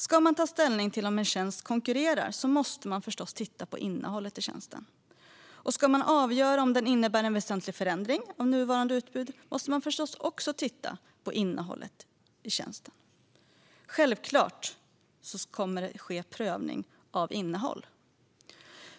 Ska man ta ställning till om en tjänst konkurrerar måste man förstås titta på innehållet i tjänsten, och ska man avgöra om den innebär en väsentlig förändring av nuvarande utbud måste man förstås också titta på tjänstens innehåll. Självklart kommer det att ske en prövning av innehåll.